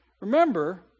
Remember